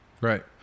Right